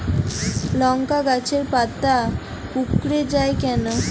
লংকা গাছের পাতা কুকড়ে যায় কেনো?